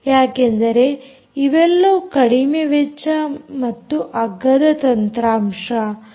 ಯಾಕೆಂದರೆ ಇವೆಲ್ಲವೂ ಕಡಿಮೆ ವೆಚ್ಚ ಮತ್ತು ಅಗ್ಗದ ತಂತ್ರಾಂಶ